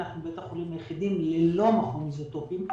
אנחנו בית החולים היחידי ללא מכון איזוטופים,